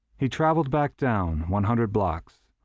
he traveled back down one hundred blocks,